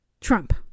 Trump